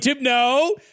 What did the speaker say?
no